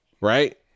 right